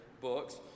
books